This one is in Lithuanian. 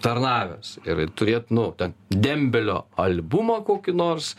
tarnavęs ir turėt nu ten dembelio albumą kokį nors